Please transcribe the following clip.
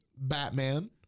Batman